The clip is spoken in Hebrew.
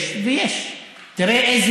למה אתה בא בטענות על הבריאות?